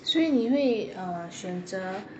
所以你 uh 选择